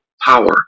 power